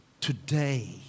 Today